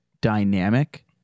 dynamic